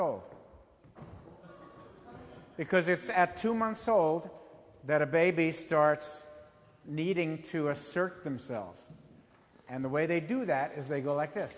old because it's at two months old that a baby starts needing to assert themselves and the way they do that is they go like th